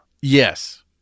Yes